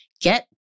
get